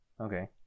okay